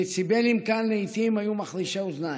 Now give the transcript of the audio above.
הדציבלים כאן לעיתים היו מחרישי אוזניים.